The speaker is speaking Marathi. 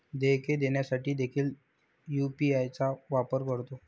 देयके देण्यासाठी देखील यू.पी.आय चा वापर करतो